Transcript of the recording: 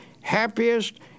happiest